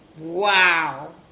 Wow